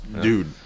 Dude